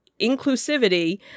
inclusivity